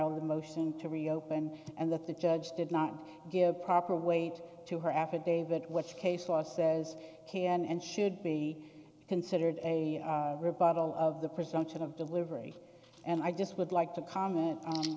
on the motion to reopen and that the judge did not give proper weight to her affidavit which case law says can and should be considered a rebuttal of the presumption of delivery and i just would like to comment